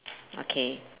okay